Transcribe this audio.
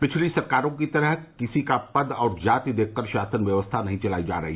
पिछली सरकारों की तरह किसी का पद और जाति देखकर शासन व्यवस्था नहीं चलाई जा रही